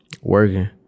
working